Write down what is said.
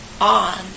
on